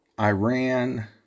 Iran